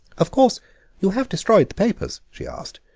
of course you have destroyed the papers? she asked,